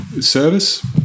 service